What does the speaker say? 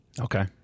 Okay